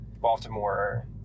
Baltimore